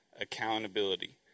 accountability